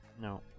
no